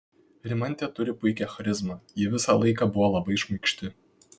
rimantė turi puikią charizmą ji visą laiką buvo labai šmaikšti